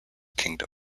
kingdom